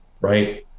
right